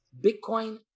bitcoin